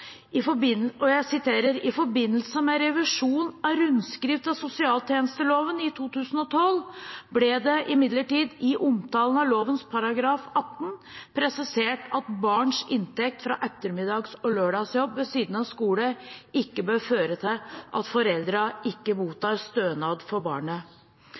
imidlertid i omtalen av lovens § 18 presisert at barns inntekt fra ettermiddags- og lørdagsjobb ved siden av skolen, ikke bør føre til at foreldrene ikke mottar stønad for barnet.